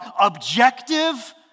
objective